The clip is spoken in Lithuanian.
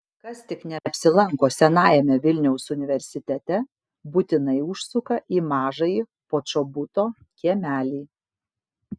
kas tik neapsilanko senajame vilniaus universitete būtinai užsuka į mažąjį počobuto kiemelį